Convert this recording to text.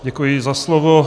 Děkuji za slovo.